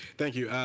thank you.